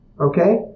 Okay